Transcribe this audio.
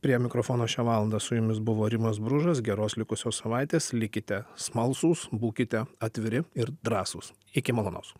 prie mikrofono šią valandą su jumis buvo rimas bružas geros likusios savaitės likite smalsūs būkite atviri ir drąsūs iki malonaus